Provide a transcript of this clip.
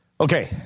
Okay